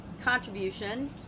contribution